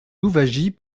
louwagie